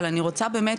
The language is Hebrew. אבל אני רוצה באמת,